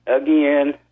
again